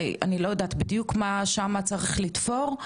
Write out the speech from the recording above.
אני לא יודעת בדיוק מה שמה צריך לתפור,